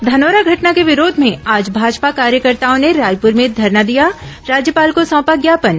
धनोरा घटना के विरोध में आज भाजपा कार्यकर्ताओं ने रायपूर में धरना दिया राज्यपाल को सौंपा ज्ञापन